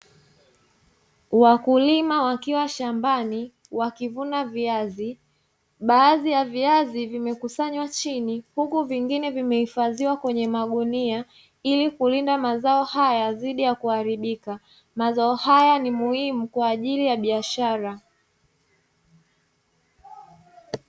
Wakulima wakiwa shambani wakivuna viazi. Baadhi ya viazi vimekusanywa chini huku vingine vimehifadhiwa kwenye magunia ili kulinda mazao haya dhidi ya kuharibika. Mazao haya ni muhimu kwa ajili ya biashara.